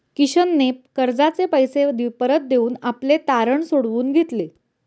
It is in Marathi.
किशनने कर्जाचे पैसे परत देऊन आपले तारण सोडवून घेतले